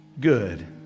good